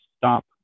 stop